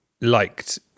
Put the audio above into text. liked